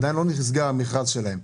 עדיין לא נסגר המכרז שלהם.